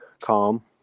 calm